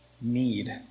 need